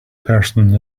person